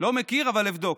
לא מכיר, אבל אבדוק.